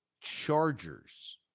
Chargers